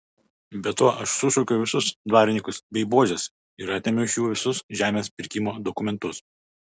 be to aš sušaukiau visus dvarininkus bei buožes ir atėmiau iš jų visus žemės pirkimo dokumentus